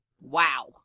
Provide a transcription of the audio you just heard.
Wow